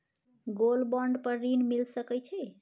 Gold bond पर ऋण मिल सके छै?